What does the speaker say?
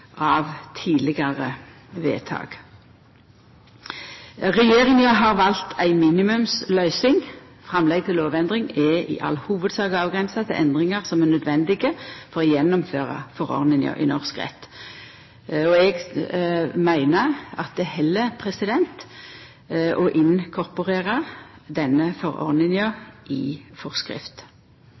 av tidlegare vedtak. Regjeringa har valt ei minimumsløysing. Framlegget til lovendring er i all hovudsak avgrensa til endringar som er naudsynte for å gjennomføra forordninga i norsk rett. Eg meiner at det held å inkorporera denne forordninga i forskrift.